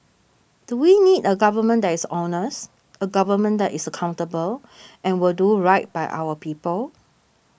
do we need a government that is honest a government that is accountable and will do right by our people